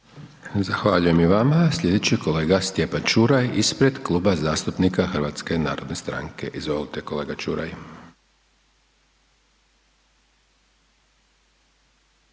Zahvaljujem i vama, slijedeći je kolega Stjepan Čuraj ispred Kluba zastupnika HNS-a, izvolite kolega Čuraj